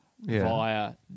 via